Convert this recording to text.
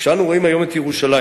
כשאנו רואים היום את ירושלים,